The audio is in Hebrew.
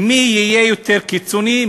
מי יהיה יותר קיצוני,